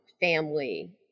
family